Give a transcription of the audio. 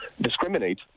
discriminate